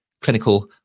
clinical